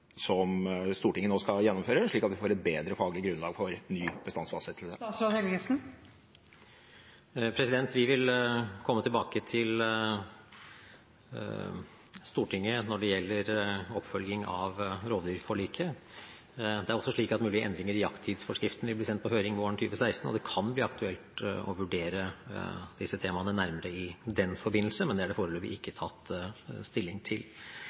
Stortinget nå skal gjennomføre, slik at vi får et bedre faglig grunnlag for ny bestandsfastsettelse? Vi vil komme tilbake til Stortinget når det gjelder oppfølging av rovdyrforliket. Det er også slik at mulige endringer i jakttidsforskriften vil bli sendt på høring våren 2016, og det kan bli aktuelt å vurdere disse temaene nærmere i den forbindelse, men det er det foreløpig ikke tatt stilling til.